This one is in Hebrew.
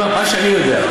מה שאני יודע,